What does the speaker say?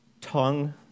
tongue